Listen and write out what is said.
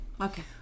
Okay